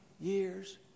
years